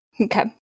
Okay